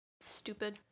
stupid